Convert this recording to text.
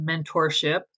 mentorship